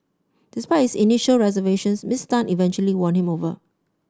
despite his initial reservations Miss Tan eventually won him over